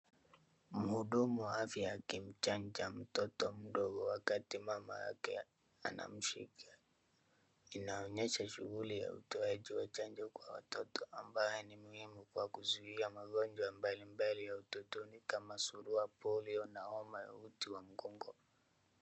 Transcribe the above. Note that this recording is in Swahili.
Mhudumu wa afya akimchanja mtoto mdogo wakati mama yake anamshika inaonyesha shughuli ya utoaji wa chanjo kwa watoto ambayo ni muhimu kwa kuzuia magonjwa mbalimbali ya utotoni, kama Surua, Polio na homa ya uti wa mgongo.